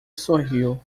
sorriu